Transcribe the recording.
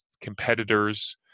competitors